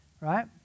right